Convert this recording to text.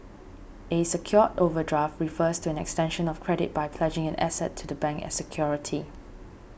a secured overdraft refers to an extension of credit by pledging an asset to the bank as security